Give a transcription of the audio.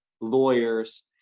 lawyers